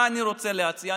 מה אני רוצה להציע?